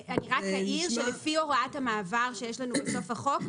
אני רק אעיר שלפי הוראות המעבר שיש שלנו בתוך החוק,